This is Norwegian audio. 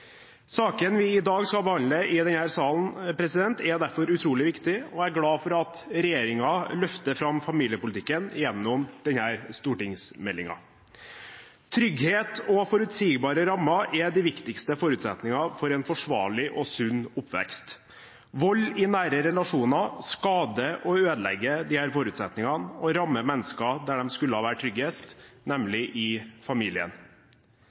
Saken vi i dag skal behandle i denne salen, er derfor utrolig viktig, og jeg er glad for at regjeringen løfter fram familiepolitikken gjennom denne stortingsmeldingen. Trygghet og forutsigbare rammer er de viktigste forutsetningene for en forsvarlig og sunn oppvekst. Vold i nære relasjoner skader og ødelegger disse forutsetningene, og rammer mennesker der de skulle ha vært tryggest, nemlig i familien.